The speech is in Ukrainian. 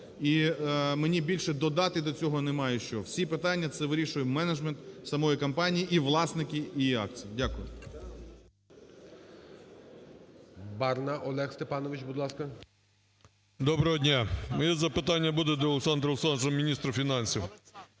І мені більше додати до цього немає що. Всі питання це вирішує менеджмент самої компанії і власники її акцій. Дякую.